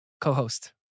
Co-host